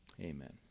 Amen